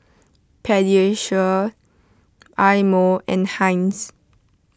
Pediasure Eye Mo and Heinz